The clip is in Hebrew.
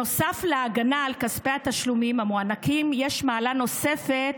נוסף להגנה על כספי התשלומים המוענקים יש מעלה נוספת,